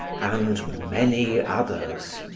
and many others.